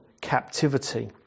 captivity